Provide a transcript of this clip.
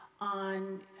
on